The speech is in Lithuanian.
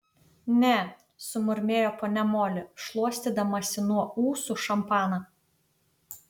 ne sumurmėjo ponia moli šluostydamasi nuo ūsų šampaną